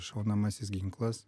šaunamasis ginklas